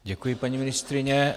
Děkuji, paní ministryně.